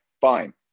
Fine